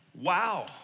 Wow